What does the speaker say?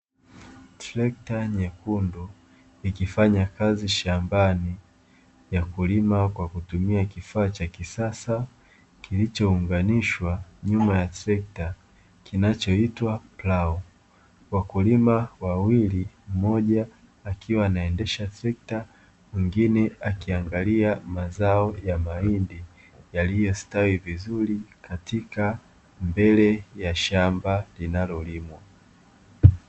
Trekta nyekundu ikifanya kazi shambani ya kulima kwa kutumia kifaa cha kisasa kilichounganishwa nyuma ya trekta kinachoitwa plau; wakulima wawili mmoja akiwa anaendesha trekta mwingine akiangalia mazao ya mahindi yaliyostawi vizuri katika mbele ya shamba linalolimwa.